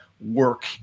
work